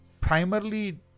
primarily